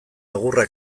egurra